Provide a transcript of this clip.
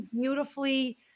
beautifully